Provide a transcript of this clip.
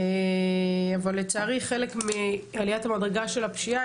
אבל לצערי חלק מעליית המדרגה של הפשיעה